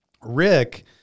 Rick